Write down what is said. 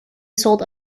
sold